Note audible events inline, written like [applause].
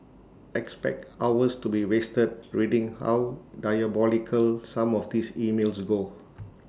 expect hours to be wasted [noise] reading how diabolical some of these emails go